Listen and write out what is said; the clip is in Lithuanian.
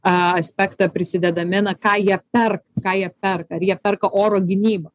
a aspektą prisidedami na ką jie per ką jie perka ar jie perka oro gynybą